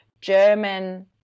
German